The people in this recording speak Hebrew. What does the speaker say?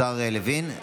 השר לוין?